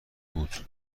بود